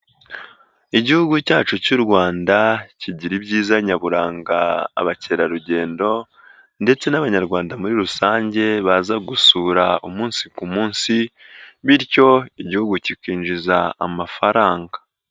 Igihugu cyacu cy'u Rwanda kigira ibyiza nyaburanga abakerarugendo ndetse n'abanyarwanda muri rusange baza gusura umunsi ku munsi bityo igihugu kikinjiza amafaranga.